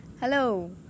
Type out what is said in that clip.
Hello